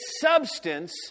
substance